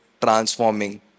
transforming